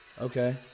Okay